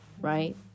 right